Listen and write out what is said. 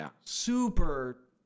super